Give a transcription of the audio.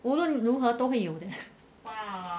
无论如何都会有的